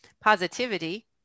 positivity